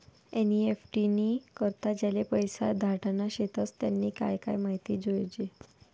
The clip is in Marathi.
एन.ई.एफ.टी नी करता ज्याले पैसा धाडना शेतस त्यानी काय काय माहिती जोयजे